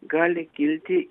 gali kilti